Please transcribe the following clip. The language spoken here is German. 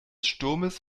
sturmes